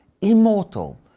immortal